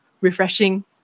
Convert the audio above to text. refreshing